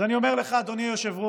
ואני אומר לך, אדוני היושב-ראש,